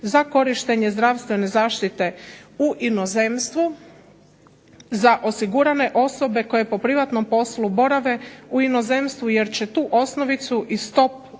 za korištenje zdravstvene zaštite u inozemstvu za osigurane osobe koje po privatnom poslu borave u inozemstvu jer će tu osnovicu i stopu